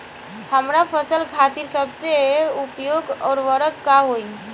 हमार फसल खातिर सबसे उपयुक्त उर्वरक का होई?